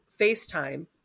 FaceTime